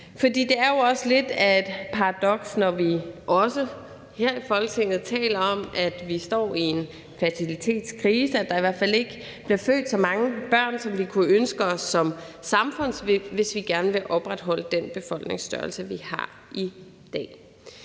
det er jo lidt af et paradoks, når vi også her i Folketinget taler om, at vi står i en fertilitetskrise, eller at der i hvert fald ikke bliver født så mange børn, som vi kunne ønske os som samfund, hvis vi gerne vil opretholde den befolkningsstørrelse, vi har i dag.